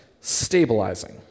stabilizing